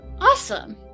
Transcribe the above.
Awesome